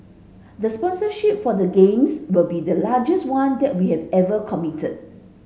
the sponsorship for the Games will be the largest one that we have ever committed